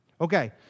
Okay